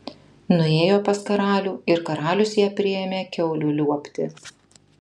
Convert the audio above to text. nuėjo pas karalių ir karalius ją priėmė kiaulių liuobti